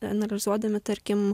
analizuodami tarkim